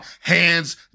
hands